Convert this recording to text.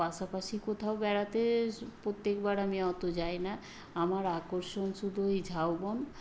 পাশাপাশি কোথাও বেড়াতে প্রত্যেকবার আমি অত যাই না আমার আকর্ষণ শুধু ওই ঝাউবন